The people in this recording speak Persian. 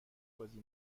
بازی